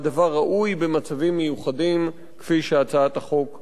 והדבר ראוי במצבים מיוחדים כפי שהצעת החוק מגדירה,